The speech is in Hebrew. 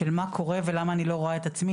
של מה קורה ולמה אני לא רואה את עצמי,